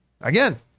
again